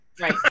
Right